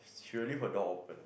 she will leave her door open